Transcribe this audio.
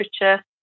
literature